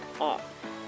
off